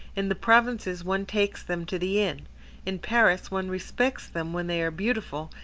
in the provinces one takes them to the inn in paris, one respects them when they are beautiful,